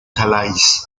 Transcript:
calais